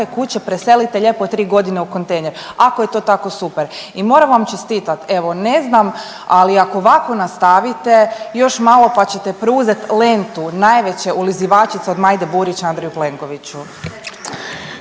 kuće preselite lijepo 3 godine u kontejner, ako je to tako super. I moram vam čestitati, evo ne znam, ali ako ovako nastavite još malo pa ćete preuzeti lentu najveće ulizivačice od Majde Burić Andreju Plenkoviću.